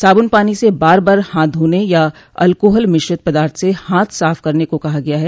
साबुन पानी से बार बार हाथ धोने या अल्कोहल मिश्रित पदार्थ से हाथ साफ करने को कहा गया है